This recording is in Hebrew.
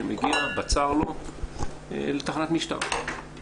שמגיע בצר לו לתחנת משטרה,